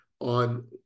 on